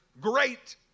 great